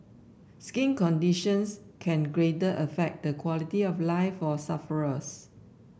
skin conditions can great affect the quality of life for sufferers